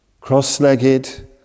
cross-legged